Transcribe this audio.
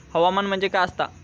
हवामान म्हणजे काय असता?